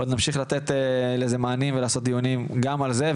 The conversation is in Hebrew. עוד נמשיך לתת לזה מענים ולעשות דיונים גם על זה,